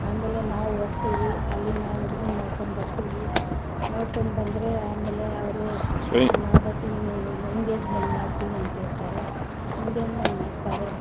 ಆಮೇಲೆ ನಾವು ಹೋಗ್ತೀವಿ ಅಲ್ಲಿ ನಾವು ಹುಡುಗನ ನೋಡ್ಕೊಂಡು ಬರ್ತೀವಿ ನೋಡ್ಕೊಂಡು ಬಂದರೆ ಆಮೇಲೆ ಅವರು ನಾ ಬರ್ತಿದ್ದೀನಿ ಎಂಗೇಜ್ಮೆಂಟ್ ಮಾಡ್ತೀನಿ ಅಂತ ಹೇಳ್ತಾರೆ ಎಂಗೇಜ್ಮೆಂಟ್ ಮಾಡ್ತಾರೆ